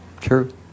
True